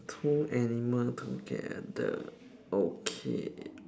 two animal together okay